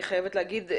אני חייבת להגיד,